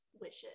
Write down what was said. wishes